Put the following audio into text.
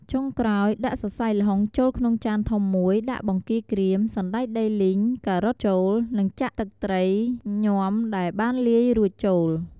ចុងក្រោយ ដាក់សរសៃល្ហុងចូលក្នុងចានធំមួយ ដាក់បង្គាក្រៀម សណ្ដែកដីលីង ការ៉ុតចូល និងចាក់ទឹកត្រីញាំដែលបានលាយរួចចូល។